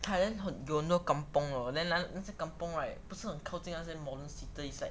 thailand 有很多 kampung lor then 那些 kampung right 不算靠近 modern city is like